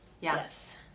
Yes